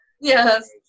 Yes